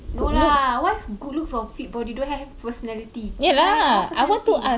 no lah what if good looks or fit body don't have personality I want personality